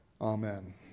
Amen